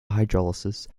hydrolysis